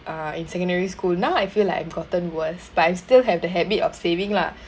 uh in secondary school now I feel like I've gotten worse but I still have the habit of saving lah